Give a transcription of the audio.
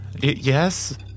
Yes